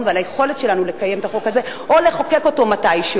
ועל היכולת שלנו לקיים את החוק הזה או לחוקק אותו מתישהו,